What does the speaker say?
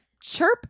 chirp